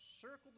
circled